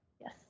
Yes